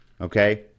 Okay